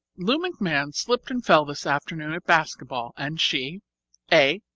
lou mcmahon slipped and fell this afternoon at basket ball, and she a.